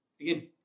Again